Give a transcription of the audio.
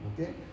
okay